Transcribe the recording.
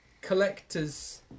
collectors